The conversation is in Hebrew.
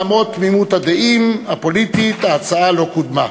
למרות תמימות הדעים הפוליטית ההצעה לא קודמה.